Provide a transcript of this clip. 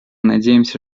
надеемся